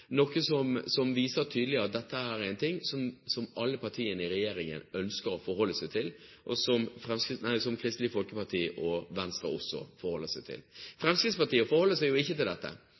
noe som tydelig viser at dette er noe som alle partiene i regjeringen ønsker å forholde seg til, og som Kristelig Folkeparti og Venstre også forholder seg til. Fremskrittspartiet forholder seg ikke til dette.